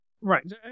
Right